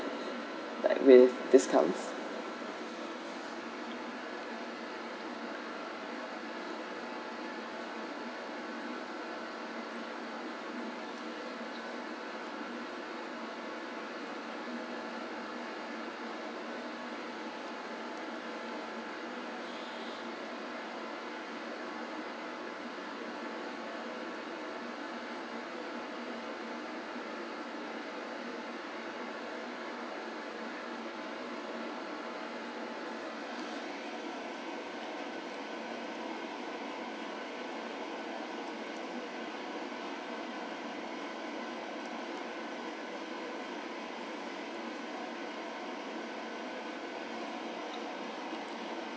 like with discount